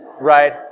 right